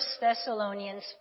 Thessalonians